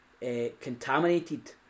contaminated